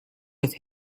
with